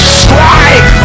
strike